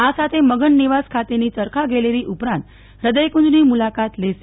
આ સાથે મગન નિવાસ ખાતેની ચરખાગેલેરી ઉપરાંત હૃદયકુંજની મુલાકાત લેશે